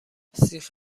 سیخ